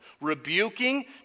Rebuking